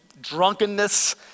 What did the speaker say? drunkenness